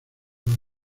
los